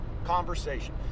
Conversation